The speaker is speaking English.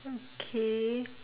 okay